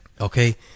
Okay